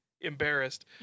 embarrassed